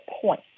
point